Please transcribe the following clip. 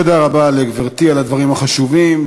תודה רבה לגברתי על הדברים החשובים.